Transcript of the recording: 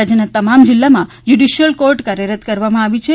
રાજ્યના તમામ જિલ્લામાં જ્યુડીશ્યલ કોર્ટ કાર્યરત કરવામાં આવી છે